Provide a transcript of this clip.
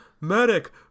medic